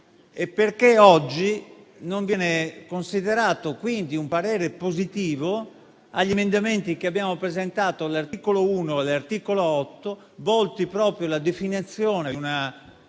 E perché oggi non è stato espresso parere favorevole sugli emendamenti che abbiamo presentato all'articolo 1 e all'articolo 8, volti proprio alla definizione di una